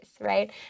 right